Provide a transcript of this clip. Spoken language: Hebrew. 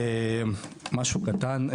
משהו קטן,